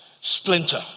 splinter